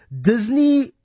Disney